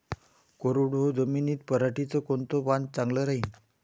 कोरडवाहू जमीनीत पऱ्हाटीचं कोनतं वान चांगलं रायीन?